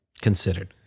considered